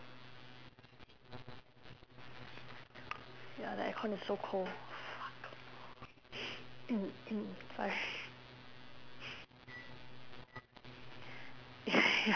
ya the aircon is so cold sorry